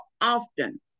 often